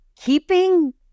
keeping